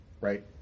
right